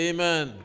Amen